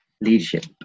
leadership